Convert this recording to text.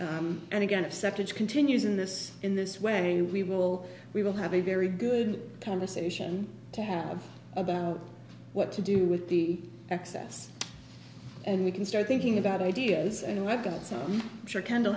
and again if sector continues in this in this way we will we will have a very good conversation to have about what to do with the excess and we can start thinking about ideas and we've got some sure kend